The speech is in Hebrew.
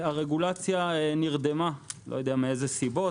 הרגולציה נרדמה אני לא יודע מאילו סיבות,